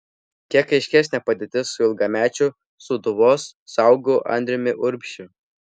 kiek aiškesnė padėtis su ilgamečiu sūduvos saugu andriumi urbšiu